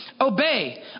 obey